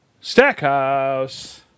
Stackhouse